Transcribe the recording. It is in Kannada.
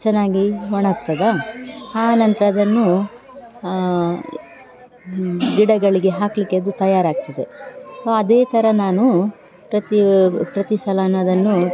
ಚೆನ್ನಾಗಿ ಒಣಗ್ತದೆ ಆ ನಂತರ ಅದನ್ನು ಗಿಡಗಳಿಗೆ ಹಾಕಲಿಕ್ಕೆ ಅದು ತಯಾರಾಗ್ತದೆ ಅದೇ ಥರ ನಾನು ಪ್ರತಿ ಪ್ರತಿ ಸಲವೂ ಅದನ್ನು